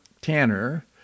Tanner